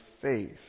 faith